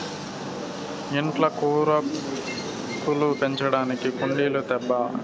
ఇంట్ల కూరాకులు పెంచడానికి కుండీలు తేబ్బా